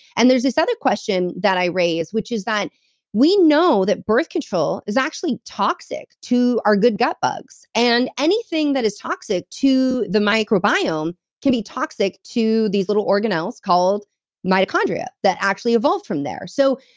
and there's this other question that i raise, which is that we know that birth control is actually toxic to our good gut bugs. and anything that is toxic to the microbiome can be toxic to these little organelles called mitochondria, that actually evolved from there so,